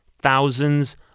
thousands